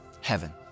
heaven